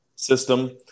system